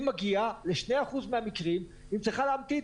היא מגיעה לשני אחוז מהמקרים והיא צריכה להמתין.